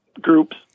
groups